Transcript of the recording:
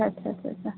आच्छा अच्छा अच्छा अच्छा